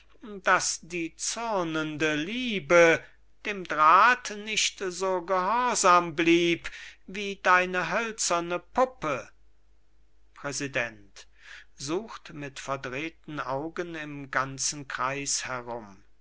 daß die zürnende liebe dem draht nicht so gehorsam blieb wie deine hölzerne puppe präsident sucht mit verdrehten augen im ganzen